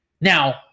Now